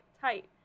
tight